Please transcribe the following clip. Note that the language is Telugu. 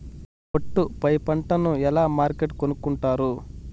ఒట్టు పై పంటను ఎలా మార్కెట్ కొనుక్కొంటారు?